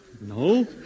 No